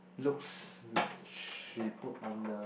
looks re~ she put on the